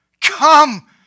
come